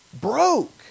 broke